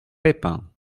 peipin